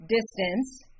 distance